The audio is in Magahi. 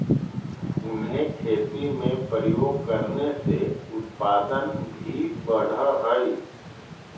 उन्हें खेती में प्रयोग करने से उत्पादन भी बढ़अ हई